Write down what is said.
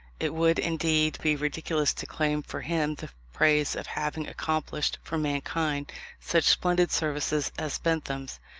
it would, indeed, be ridiculous to claim for him the praise of having accomplished for mankind such splendid services as bentham's.